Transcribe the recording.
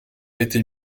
été